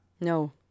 No